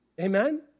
Amen